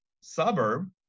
suburb